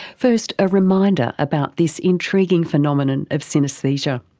first, a reminder about this intriguing phenomenon of synaesthesia.